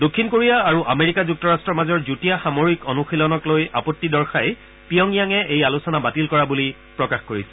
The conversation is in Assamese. দক্ষিণ কোৰিয়া আৰু আমেৰিকা যুক্তৰাষ্টৰ মাজৰ যুটীয়া সামৰিক অনুশীলনক লৈ আপত্তি দৰ্শাই পিয়ং য়াঙে এই আলোচনা বাতিল কৰা বুলি প্ৰকাশ কৰিছে